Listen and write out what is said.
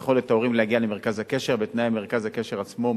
ביכולת ההורים להגיע למרכז הקשר ובתנאי מרכז הקשר עצמו,